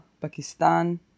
Pakistan